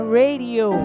radio